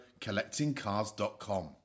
CollectingCars.com